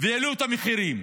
והעלו את המחירים.